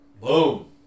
Boom